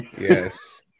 Yes